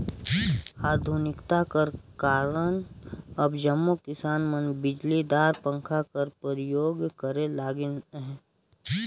आधुनिकता कर कारन अब जम्मो किसान मन बिजलीदार पंखा कर परियोग करे लगिन अहे